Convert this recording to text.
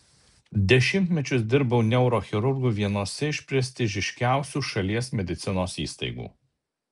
dešimtmečius dirbau neurochirurgu vienose iš prestižiškiausių šalies medicinos įstaigų